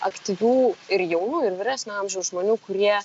aktyvių ir jaunų ir vyresnio amžiaus žmonių kurie